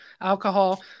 alcohol